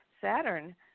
Saturn